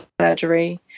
surgery